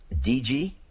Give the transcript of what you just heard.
DG